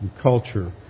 culture